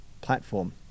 platform